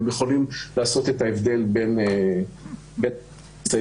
יכולה לעשות את ההבדל בין --- מידתית,